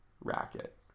racket